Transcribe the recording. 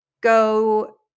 go